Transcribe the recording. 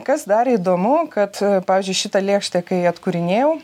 kas dar įdomu kad pavyzdžiui šitą lėkštę kai atkūrinėjau